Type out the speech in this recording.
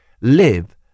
Live